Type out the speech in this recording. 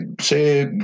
say